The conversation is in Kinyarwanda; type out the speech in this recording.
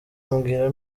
ambwira